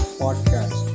podcast